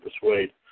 persuade